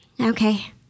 Okay